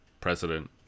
president